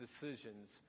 decisions